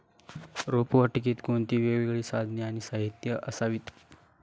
रोपवाटिकेत कोणती वेगवेगळी साधने आणि साहित्य असावीत?